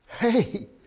hey